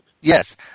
yes